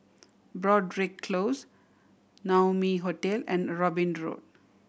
Broadrick Close Naumi Hotel and Robin Road